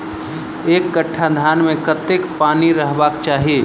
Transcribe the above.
एक कट्ठा धान मे कत्ते पानि रहबाक चाहि?